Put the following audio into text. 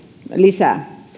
lisää